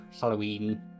halloween